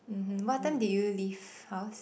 mmhmm what time did you leave house